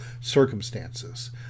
circumstances